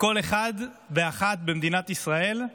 מכל אחד ואחת במדינת ישראל,